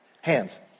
hands